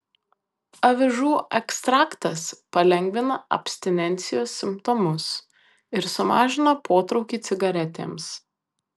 avižų ekstraktas palengvina abstinencijos simptomus ir sumažina potraukį cigaretėms